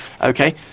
Okay